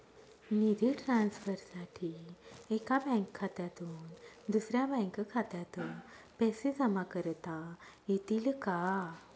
निधी ट्रान्सफरसाठी एका बँक खात्यातून दुसऱ्या बँक खात्यात पैसे जमा करता येतील का?